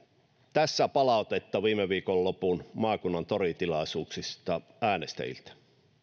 tässä palautetta viime viikonlopun maakunnan toritilaisuuksista äänestäjiltä